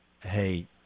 Hey